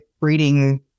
reading